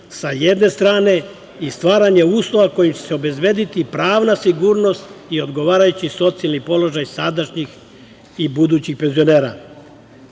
sa jedne strane i stvaranje uslova kojim će se obezbediti pravna sigurnost i odgovarajući socijalni položaj sadašnjih i budućih penzionera.